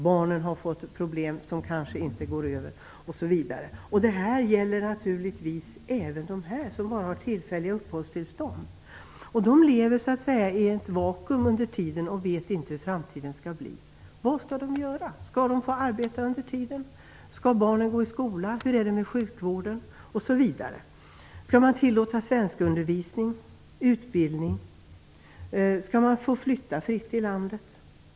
Barnen har fått problem som kanske inte går över osv. Det här gäller naturligtvis även dem som bara har tillfälliga uppehållstillstånd. De lever i ett vakuum under tiden och vet inte hur framtiden skall bli. Vad skall de göra? Skall de få arbeta under tiden? Skall barnen gå i skola? Hur är det med sjukvården? Skall man tillåta svenskundervisning? Skall man tillåta utbildning? Skall flyktingarna få flytta fritt inom landet?